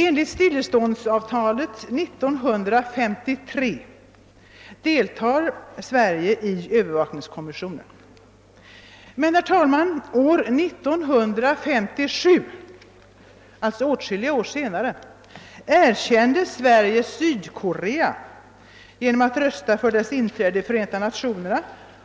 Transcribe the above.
Enligt stilleståndsavtalet 1953 deltar Sverige i övervakningskommissionen, men år 1957 — alltså åtskilliga år senare — erkände vi Sydkorea genom att rösta för dess inträde i Förenta Nationerna,